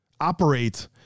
operate